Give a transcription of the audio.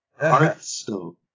Hearthstone